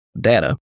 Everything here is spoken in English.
data